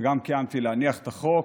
וגם קיימתי, להניח את החוק.